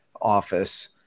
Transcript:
office